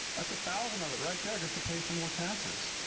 that's a thousand of it right there just to pay for more taxes.